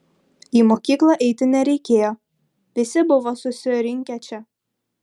į mokyklą eiti nereikėjo visi buvo susirinkę čia